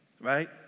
right